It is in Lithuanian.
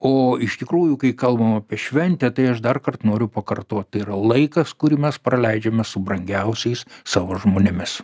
o iš tikrųjų kai kalbam apie šventę tai aš darkart noriu pakartot tai yra laikas kurį mes praleidžiame su brangiausiais savo žmonėmis